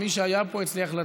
התשע"ח 2018,